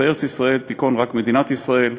בארץ-ישראל תיכון רק מדינת ישראל,